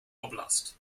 oblast